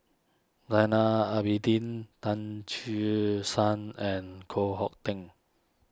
lana Abidin Tan Che Sang and Koh Hong Teng